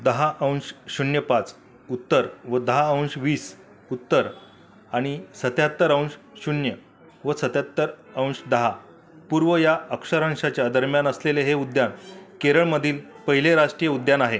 दहा अंश शून्य पाच उत्तर व दहा अंश वीस उत्तर आणि सत्याहत्तर अंश शून्य व सत्याहत्तर अंश दहा पूर्व या अक्षर अंशाच्या दरम्यान असलेले हे उद्यान केरळमधील पहिले राष्ट्रीय उद्यान आहे